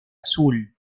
azul